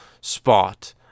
spot